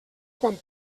quan